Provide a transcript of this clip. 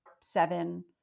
seven